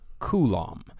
Coulomb